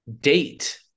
date